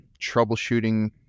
troubleshooting